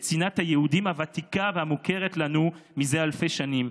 את שנאת היהודים הוותיקה והמוכרת לנו זה אלפי שנים,